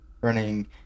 running